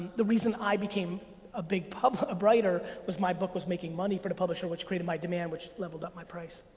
the reason i became a big writer was my book was making money for the publisher, which created my demand, which leveled up my price.